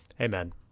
amen